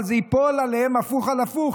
אבל זה ייפול עליהם הפוך על הפוך,